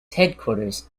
headquarters